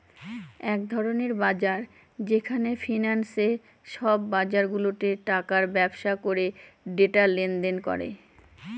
এক ধরনের বাজার যেখানে ফিন্যান্সে সব বাজারগুলাতে টাকার ব্যবসা করে ডেটা লেনদেন করে